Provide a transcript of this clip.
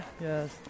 Yes